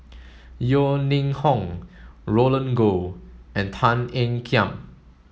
Yeo Ning Hong Roland Goh and Tan Ean Kiam